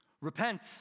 Repent